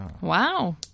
wow